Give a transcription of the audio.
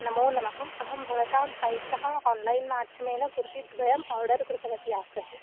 नमो नमः अहं भवतां सैट् तः आन्लैन् माध्यमेन कुर्ती द्वयम् आर्डर् कृतवती आसं